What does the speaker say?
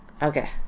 Okay